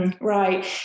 Right